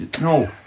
No